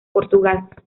portugal